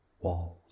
Walls